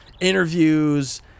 interviews